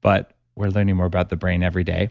but we're learning more about the brain every day